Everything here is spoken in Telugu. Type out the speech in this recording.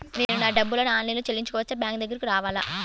నేను నా డబ్బులను ఆన్లైన్లో చేసుకోవచ్చా? బ్యాంక్ దగ్గరకు రావాలా?